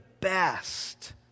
best